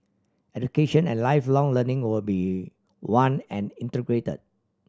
education and Lifelong Learning will be one and integrated